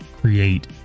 create